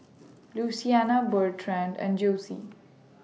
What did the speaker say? Luciana Bertrand and Josie